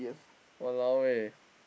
!walao eh!